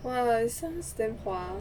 !wah! it sounds damn hua